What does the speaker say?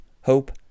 hope